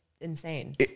insane